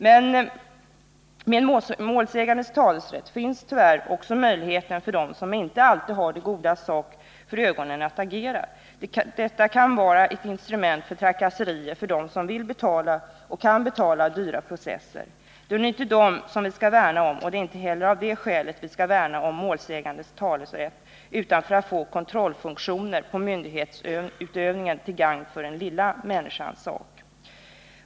Med målsägandes talerätt finns tyvärr också möjligheten för dem som inte alltid har det godas sak för ögonen att agera. Detta kan vara ett instrument för trakasserier för dem som vill och kan betala dyra processer. Det är nu inte dem som vi skall värna om, och det är inte heller av det skälet vi skall värna om målsägandes talerätt utan för att få kontrollfunktioner när det gäller myndighetsutövningen, till gagn för den lilla människans sak.